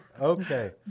Okay